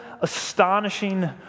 astonishing